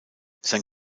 sein